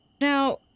Now